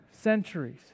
centuries